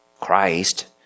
Christ